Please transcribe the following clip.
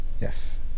yes